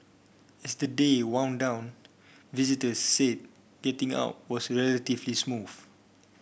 as the day wound down visitors say getting out was relatively smooth